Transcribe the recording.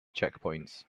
checkpoints